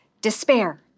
despair